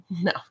No